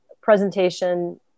presentation